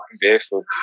Barefoot